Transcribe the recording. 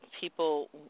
people